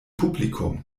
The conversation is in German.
publikum